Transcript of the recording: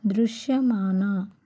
దృశ్యమాన